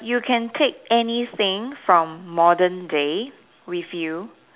you can take anything from modern day with you